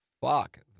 fuck